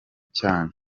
cyanyu